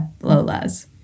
Lola's